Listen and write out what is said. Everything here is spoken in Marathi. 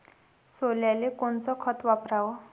सोल्याले कोनचं खत वापराव?